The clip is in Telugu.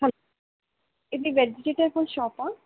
హలో ఇది వెజిటటెబుల్ షాపా